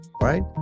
right